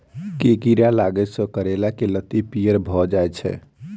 केँ कीड़ा लागै सऽ करैला केँ लत्ती पीयर भऽ जाय छै?